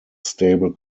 stable